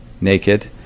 naked